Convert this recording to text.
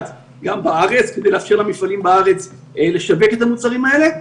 גם בארץ כדי לאפשר למפעלים בארץ לשווק את המוצרים האלה.